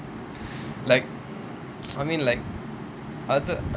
like something like